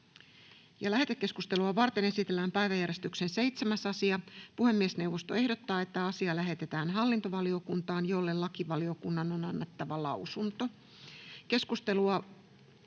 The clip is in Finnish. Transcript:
Lähetekeskustelua varten esitellään päiväjärjestyksen 7. asia. Puhemiesneuvosto ehdottaa, että asia lähetetään hallintovaliokuntaan, jolle lakivaliokunnan on annettava lausunto.